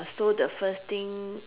so the first thing